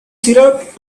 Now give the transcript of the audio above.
syrup